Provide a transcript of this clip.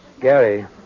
Gary